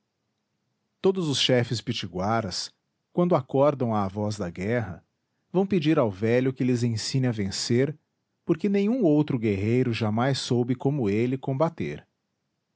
todos os chefes pitiguaras quando acordam à voz da guerra vão pedir ao velho que lhes ensine a vencer porque nenhum outro guerreiro jamais soube como ele combater